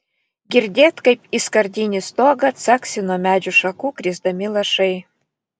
girdėt kaip į skardinį stogą caksi nuo medžių šakų krisdami lašai